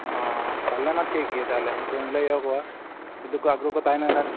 ᱚᱸᱻ ᱛᱟᱦᱚᱞᱮ ᱢᱟ ᱴᱷᱤᱠ ᱜᱮ ᱛᱟᱦᱚᱞᱮ ᱩᱱᱠᱩᱧ ᱞᱟᱹᱭᱟᱠᱚᱣᱟ ᱡᱩᱫᱤ ᱠᱚ ᱟᱜᱨᱚᱦᱚᱠᱚ ᱛᱟᱦᱮᱱᱟ ᱮᱱᱠᱷᱟᱱ